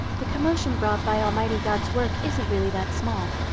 the commotion brought by almighty god's work isn't really that small.